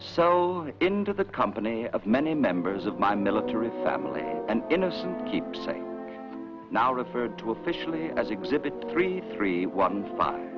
so into the company of many members of my military family and innocent keep saying now referred to officially as exhibit three three one fi